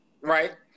right